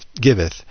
giveth